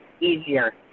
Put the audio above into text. easier